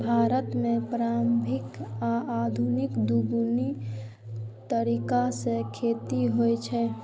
भारत मे पारंपरिक आ आधुनिक, दुनू तरीका सं खेती होइ छै